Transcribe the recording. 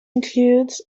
includes